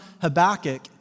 Habakkuk